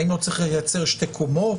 האם לא צריך לייצר שתי קומות?